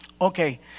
Okay